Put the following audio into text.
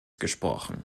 gesprochen